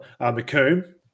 McComb